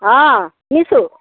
অঁ শুনিছোঁ